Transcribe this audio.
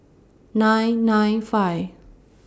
nine nine five